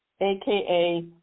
aka